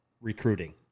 recruiting